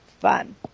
fun